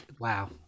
Wow